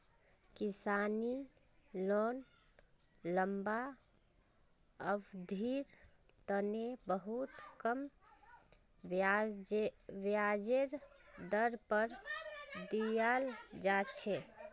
किसानी लोन लम्बा अवधिर तने बहुत कम ब्याजेर दर पर दीयाल जा छे